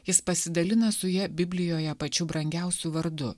jis pasidalino su ja biblijoje pačiu brangiausiu vardu